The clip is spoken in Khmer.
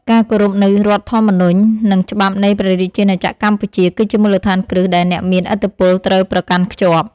ការគោរពនូវរដ្ឋធម្មនុញ្ញនិងច្បាប់នៃព្រះរាជាណាចក្រកម្ពុជាគឺជាមូលដ្ឋានគ្រឹះដែលអ្នកមានឥទ្ធិពលត្រូវប្រកាន់ខ្ជាប់។